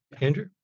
Andrew